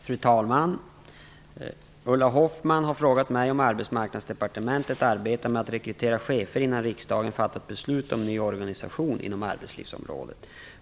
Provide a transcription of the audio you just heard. Fru talman! Ulla Hoffmann har frågat mig om Arbetsmarknadsdepartementet arbetar med att rekrytera chefer innan riksdagen fattat beslut om ny organisation inom arbetslivsområdet.